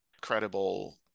credible